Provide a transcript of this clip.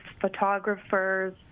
photographers